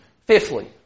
Fifthly